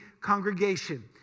congregation